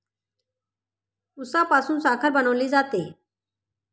उसापासून साखर बनवली जाते